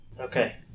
Okay